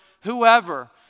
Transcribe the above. whoever